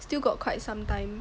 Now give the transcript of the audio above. still got quite some time